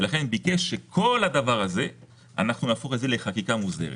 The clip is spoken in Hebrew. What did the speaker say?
ולכן ביקש שנהפוך את כל הדבר הזה לחקיקה מוסדרת.